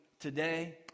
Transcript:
today